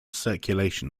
circulation